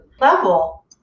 level